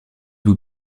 vous